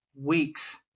weeks